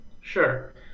Sure